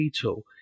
tool